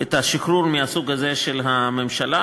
את השחרור מהסוג הזה של הממשלה,